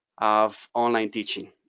of online teaching.